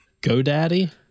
GoDaddy